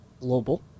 global